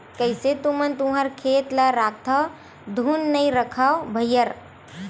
कइसे तुमन तुँहर खेत ल राखथँव धुन नइ रखव भइर?